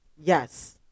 Yes